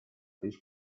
this